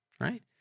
right